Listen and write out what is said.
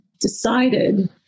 decided